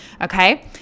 Okay